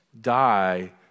Die